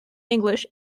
english